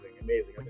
amazing